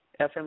FM